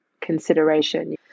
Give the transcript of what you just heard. consideration